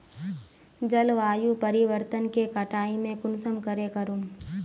जलवायु परिवर्तन के कटाई में कुंसम करे करूम?